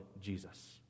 Jesus